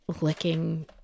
licking